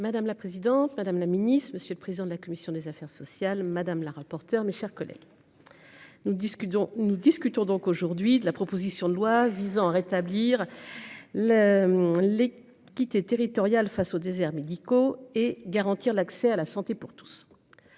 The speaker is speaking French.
Madame la présidente, madame la Ministre, Monsieur le président de la commission des affaires sociales, madame la rapporteure, mes chers collègues. Nous discutons, nous discutons donc aujourd'hui de la proposition de loi visant à rétablir le. Les quitter territoriale face aux déserts médicaux, et garantir l'accès à la santé pour tous.